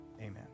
amen